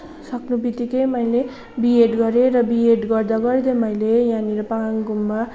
सक्ने बित्तिकै मैले बिएड गरेँ र बिएड गर्दा गर्दा मैले यहाँनिर पाल गुम्बा